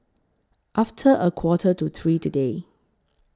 after A Quarter to three today